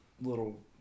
little